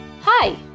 Hi